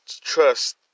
trust